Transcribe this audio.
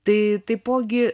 tai taipogi